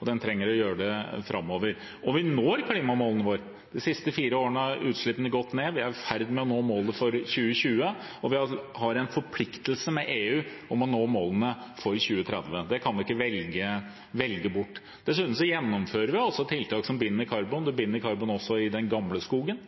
den trenger å gjøre det framover. Vi når klimamålene våre. De siste fire årene har utslippene gått ned. Vi er i ferd med å nå målene for 2020, og vi har en forpliktelse overfor EU om å nå målene for 2030. Det kan vi ikke velge bort. Dessuten gjennomfører vi altså tiltak som binder karbon. Det binder karbon også i den gamle skogen,